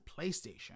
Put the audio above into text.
PlayStation